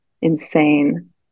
insane